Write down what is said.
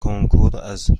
کنکوراز